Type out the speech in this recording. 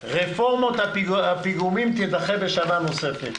הבאתי לך כותרת: רפורמת הפיגומים תידחה בשנה נוספת.